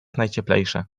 najcieplejsze